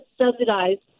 subsidized